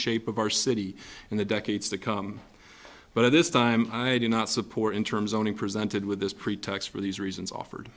shape of our city in the decades to come but this time i do not support in terms only presented with this pretext for these reasons offered